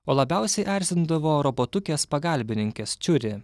o labiausiai erzindavo robotukės pagalbininkės čiuri